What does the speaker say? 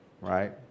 Right